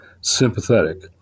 sympathetic